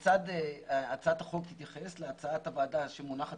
תלוי כיצד הצעת החוק תתייחס להצעת הוועדה שמונחת